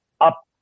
up